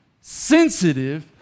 sensitive